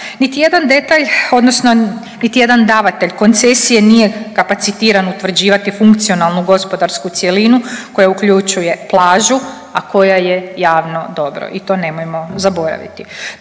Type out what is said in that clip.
Niti jedan detalj odnosno niti jedan davatelj koncesije nije kapacitiran utvrđivati funkcionalnu gospodarsku cjelinu koja uključuje plažu, a koja je javno dobro i to nemojmo zaboraviti.